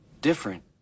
Different